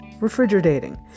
Refrigerating